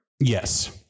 Yes